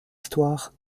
histoires